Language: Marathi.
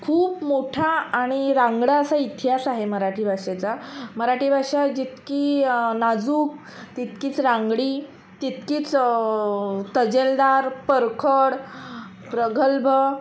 खूप मोठा आणि रांगडा असा इतिहास आहे मराठी भाषेचा मराठी भाषा जितकी नाजूक तितकीच रांगडी तितकीच तजेलदार परखड प्रगल्भ